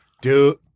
Dude